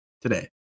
today